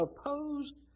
opposed